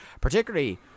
Particularly